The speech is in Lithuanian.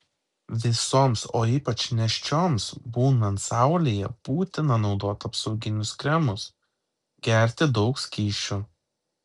visoms o ypač nėščioms būnant saulėje būtina naudoti apsauginius kremus gerti daug skysčių